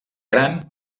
gran